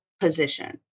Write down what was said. position